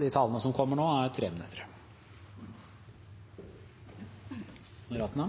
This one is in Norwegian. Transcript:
De talere som heretter får ordet, har en taletid på inntil 3